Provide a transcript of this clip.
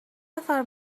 نفر